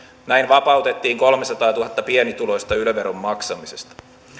näin vapautettiin kolmesataatuhatta pienituloista yle veron maksamisesta